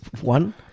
one